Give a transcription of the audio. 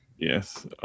Yes